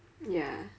ya